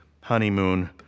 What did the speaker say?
honeymoon